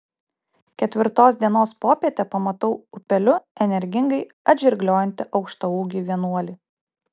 ketvirtos dienos popietę pamatau upeliu energingai atžirgliojantį aukštaūgį vienuolį